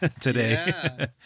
today